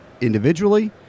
individually